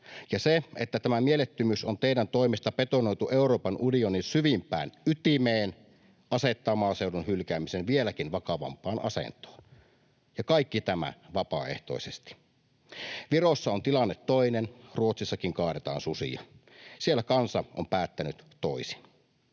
Ja se, että tämä mielettömyys on teidän toimestanne betonoitu Euroopan unionin syvimpään ytimeen, asettaa maaseudun hylkäämisen vieläkin vakavampaan asentoon, ja kaikki tämä vapaaehtoisesti. Virossa on tilanne toinen, Ruotsissakin kaadetaan susia. Siellä kansa on päättänyt toisin.